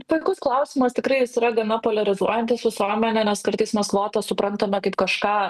puikus klausimas tikrai jis yra gana poliarizuojantis visuomenę nes kartais mes kvotas suprantame kaip kažką